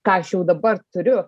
ką aš jau dabar turiu